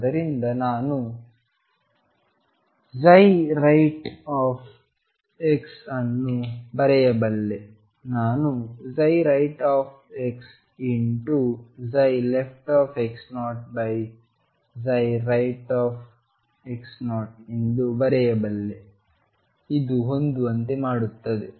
ಆದ್ದರಿಂದ ನಾನು rightಅನ್ನು ಬರೆಯಬಲ್ಲೆ ನಾನು rightxleftx0rightx0 ಎಂದು ಬರೆಯಬಲ್ಲೆ ಇದು ಹೊಂದುವಂತೆ ಮಾಡುತ್ತದೆ